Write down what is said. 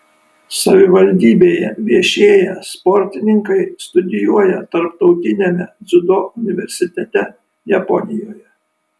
savivaldybėje viešėję sportininkai studijuoja tarptautiniame dziudo universitete japonijoje